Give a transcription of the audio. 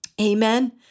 Amen